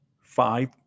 five